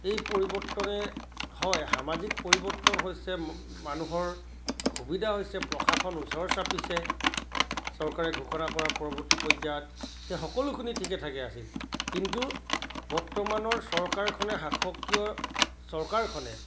এই পৰিৱৰ্তনে হয় সামাজিক পৰিৱৰ্তন হৈছে মানুহৰ সুবিধা হৈছে প্ৰশাসন ওচৰ চাপিছে চৰকাৰে ঘোষণা কৰা পৰৱৰ্তী পৰ্যায়ত সেই সকলোখিনি ঠিকে ঠাকে আছিল কিন্তু বৰ্তমানৰ চৰকাৰখনে শাসকীয় চৰকাৰখনে